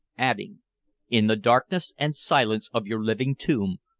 adding in the darkness and silence of your living tomb,